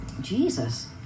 Jesus